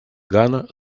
гана